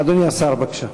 אדוני השר, בבקשה.